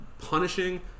punishing